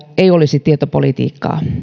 ei olisi tietopolitiikkaa